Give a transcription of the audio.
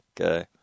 okay